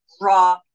raw